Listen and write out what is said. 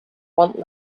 want